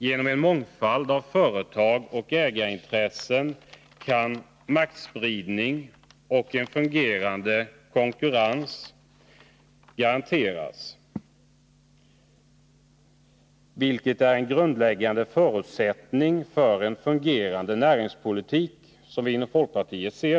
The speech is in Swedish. Genom en mångfald av företag och ägarintressen kan maktspridning och en fungerande konkurrens garanteras, vilket är en grundläggande förutsättning för en fungerande näringspolitik, som vi ser det inom folkpartiet.